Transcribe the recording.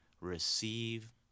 receive